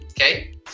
okay